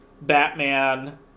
Batman